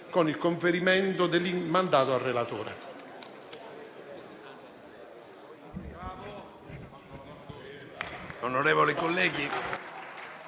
con il conferimento del mandato al relatore.